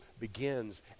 begins